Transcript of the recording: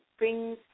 brings